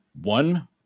One